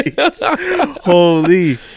Holy